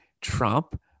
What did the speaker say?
Trump